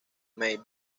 may